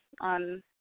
on